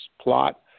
plot